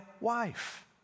wife